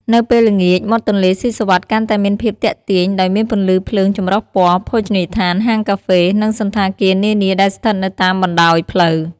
នៅពេលល្ងាច មាត់ទន្លេសុីសុវត្ថិកាន់តែមានភាពទាក់ទាញ ដោយមានពន្លឺភ្លើងចម្រុះពណ៌ ភោជនីយដ្ឋាន ហាងកាហ្វេ និងសណ្ឋាគារនានាដែលស្ថិតនៅតាមបណ្ដោយផ្លូវ។